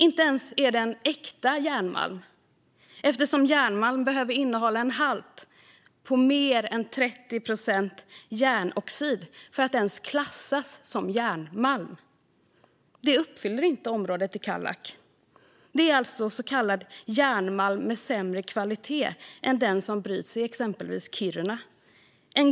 Inte heller är det äkta järnmalm, eftersom det behöver vara en järnoxidhalt på mer än 30 procent för att det ska klassas som järnmalm. Detta uppfyller inte området i Kallak. Det är alltså så kallad järnmalm med sämre kvalitet än den som bryts i exempelvis Kiruna.